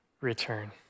return